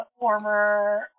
former